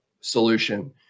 solution